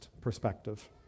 perspective